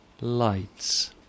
Lights